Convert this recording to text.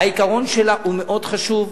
העיקרון שלה מאוד חשוב.